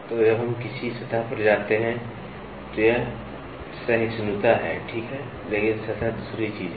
तो जब हम किसी सतह पर जाते हैं तो यह सहिष्णुता है ठीक है लेकिन सतह दूसरी चीज है